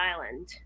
island